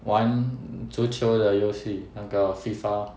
玩足球的游戏那个 FIFA